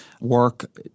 work